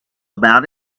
about